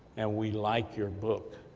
and we like your book.